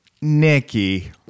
Nikki